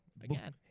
again